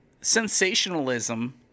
sensationalism